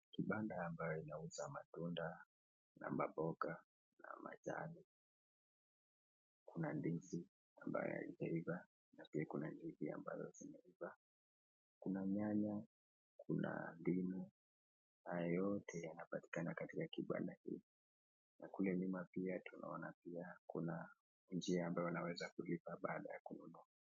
Kibanda ambayo inauza matunda na maboga na majani kuna ndizi ambayo haijaiva na pia kuna ndizi ambayo zimeiva. Kuna nyanya Kuna ndimu, haya yote yanapatikana katika kibanda hii. Na kule nyuma pia tunaona pia Kuna njia ambayo unaweza kulipa baadae ya kununua.